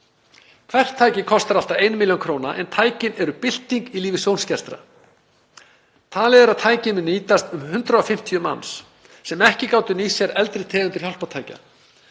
Hvert tæki kostar allt að 1 millj. kr. en tækin eru bylting í lífi sjónskertra. Talið er að tækin muni nýtast um 150 manns sem ekki gátu nýtt sér eldri tegundir hjálpartækja.